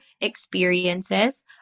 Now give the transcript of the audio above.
experiences